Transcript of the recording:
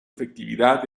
efectividad